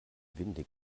windig